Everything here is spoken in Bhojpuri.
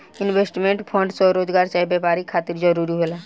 इन्वेस्टमेंट फंड स्वरोजगार चाहे व्यापार खातिर जरूरी होला